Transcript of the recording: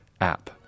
app